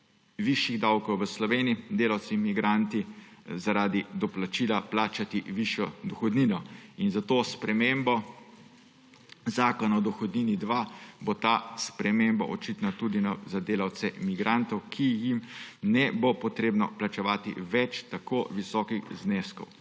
višjih davkov v Sloveniji delavci migranti zaradi doplačila plačati višjo dohodnino. S to spremembo Zakona o dohodnini-2 bo ta sprememba očitna tudi za delavce migrante, ki jim ne bo treba plačevati več tako visokih zneskov.